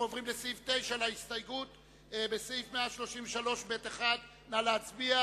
סעיף 1, כהצעת הוועדה, נתקבל.